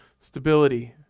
stability